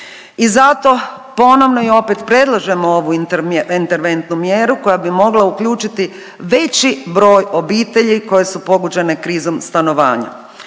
I zato ponovno i opet predlažemo ovu interventnu mjeru koja bi mogla uključiti veći broj obitelji koje su pogođene krizom stanovanja.